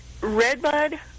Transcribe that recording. redbud